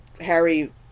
Harry